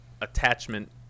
attachment